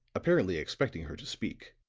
apparently expecting her to speak.